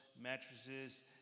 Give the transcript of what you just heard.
mattresses